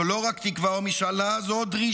זו לא רק תקווה או משאלה, זו דרישה.